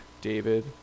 David